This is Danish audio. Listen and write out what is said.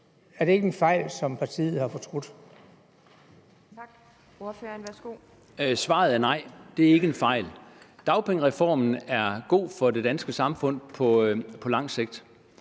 Kristian Thulesen Dahl (DF): Svaret er: Nej, det er ikke en fejl. Dagpengereformen er god for det danske samfund på lang sigt.